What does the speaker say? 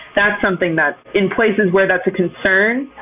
that's something that, in places where that's a concern,